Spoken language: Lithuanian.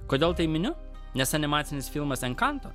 kodėl tai miniu nes animacinis filmas enkanto